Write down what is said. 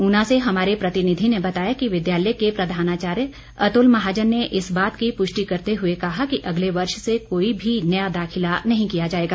ऊना से हमारे प्रतिनिधि ने बताया कि विद्यालय के प्रधानाचार्य अतुल महाजन ने इस बात की पुष्टि करते हुए कहा कि अगले वर्ष से कोई भी नया दाखिला नहीं किया जाएगा